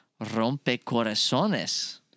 Rompecorazones